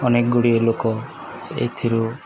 ଅନେକ ଗୁଡ଼ିଏ ଲୋକ ଏଥିରୁ